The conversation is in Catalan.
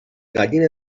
gallina